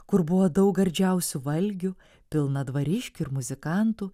kur buvo daug gardžiausių valgių pilna dvariškių ir muzikantų